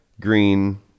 green